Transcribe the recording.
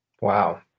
Wow